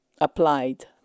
applied